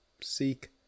Seek